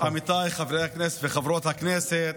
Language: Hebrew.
כבוד היושב-ראש, עמיתיי חברי הכנסת וחברות הכנסת,